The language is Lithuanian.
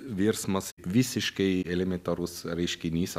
virsmas visiškai elementarus reiškinys